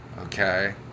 Okay